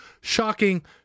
shocking